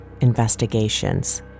investigations